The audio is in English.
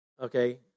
Okay